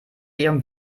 ihrem